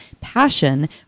passion